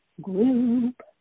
Group